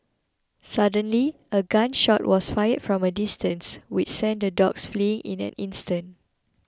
suddenly a gun shot was fired from a distance which sent the dogs fleeing in an instant